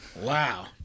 Wow